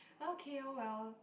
okay !oh well!